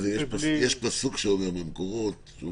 אני